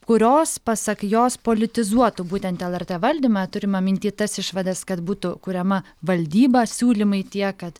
kurios pasak jos politizuotų būtent lrt valdymą turima minty tas išvadas kad būtų kuriama valdyba siūlymai tie kad